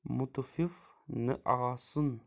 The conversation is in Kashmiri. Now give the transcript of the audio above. مُتفِف نہٕ آسُن